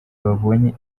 babonye